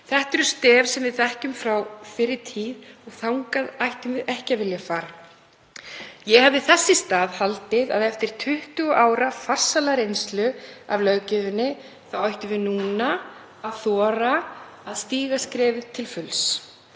Þetta eru stef sem við þekkjum frá fyrri tíð og þangað ættum við ekki að vilja fara. Ég hefði þess í stað haldið að eftir 20 ára farsæla reynslu af löggjöfinni ættum við núna að þora að stíga skrefið til fulls,